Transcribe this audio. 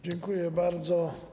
Dziękuję bardzo.